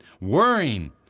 Worrying